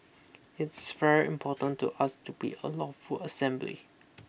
it's very important to us to be a lawful assembly